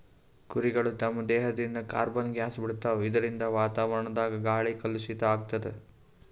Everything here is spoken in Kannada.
ಕುರಿಗಳ್ ತಮ್ಮ್ ದೇಹದಿಂದ್ ಕಾರ್ಬನ್ ಗ್ಯಾಸ್ ಬಿಡ್ತಾವ್ ಇದರಿಂದ ವಾತಾವರಣದ್ ಗಾಳಿ ಕಲುಷಿತ್ ಆಗ್ತದ್